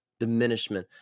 diminishment